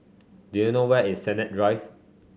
do you know where is Sennett Drive